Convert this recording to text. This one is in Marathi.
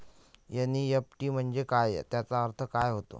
एन.ई.एफ.टी म्हंजे काय, त्याचा अर्थ काय होते?